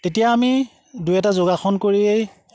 তেতিয়া আমি দুই এটা যোগাসন কৰিয়েই